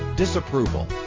disapproval